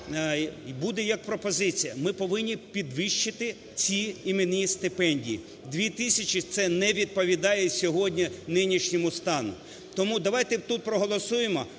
буде як пропозиція: ми повинні підвищити ці іменні стипендії. Дві тисячі - це не відповідає сьогодні нинішньому стану. Тому давайте тут проголосуємо,